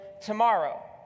tomorrow